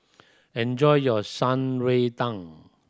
enjoy your Shan Rui Tang